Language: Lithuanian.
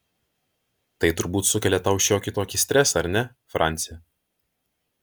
tai turbūt sukelia tau šiokį tokį stresą ar ne franci